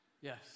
Yes